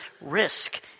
risk